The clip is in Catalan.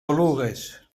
oluges